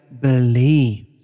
believe